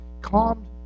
calmed